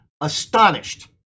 astonished